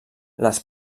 les